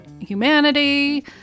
humanity